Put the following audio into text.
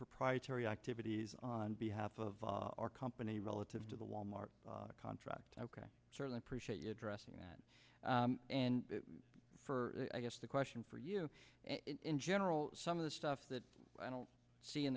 proprietary activities on behalf of our company relative to the wal mart contract ok certainly appreciate your dressing that and for i guess the question for you in general some of the stuff that i don't see in